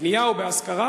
לקנייה או להשכרה,